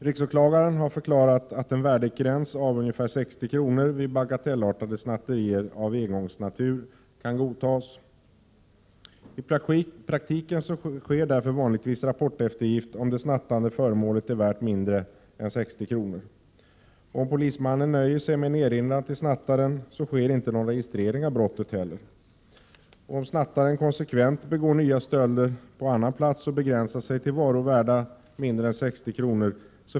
Riksåklagaren har förklarat att en värdegräns av 60 kr. vid bagatellartade snatterier av engångsnatur kan godtas. I praktiken sker därför vanligtvis rapporteftergift om det snattade föremålet är värt mindre än 60 kr. Om polismannen nöjer sig med en erinran till snattaren, sker inte heller någon registrering av brottet. Om snattaren konsekvent begår nya stölder på annan plats och begränsar sig till varor värda mindre än 60 kr.